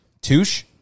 Touche